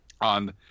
on